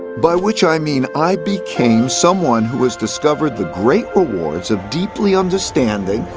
by which i mean i became someone who has discovered the great rewards of deeply understanding,